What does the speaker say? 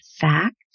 fact